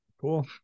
cool